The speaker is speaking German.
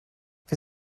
wir